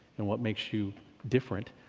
and what makes you different,